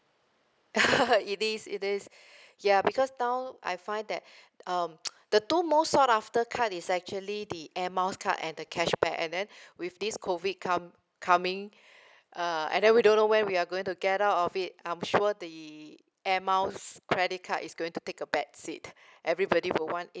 it is it is ya because now I find that um the two most sought after card is actually the air miles card and the cashback and then with this COVID come~ coming uh and then we don't know when we are going to get out of it I'm sure the air miles credit card is going to take a bad seat everybody will want